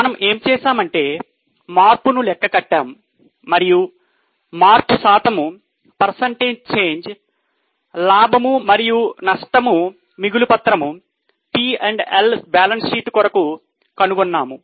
మనము ఏం చేశామంటే మార్పును లెక్క కట్టాం మరియు మార్పు శాతము కొరకు కనుగొన్నాము